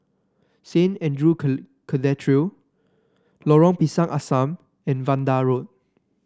Saint Andrew Cathedral Lorong Pisang Asam and Vanda Road